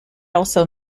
also